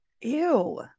Ew